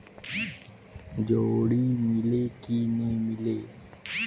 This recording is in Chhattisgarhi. जोणी मीले कि नी मिले?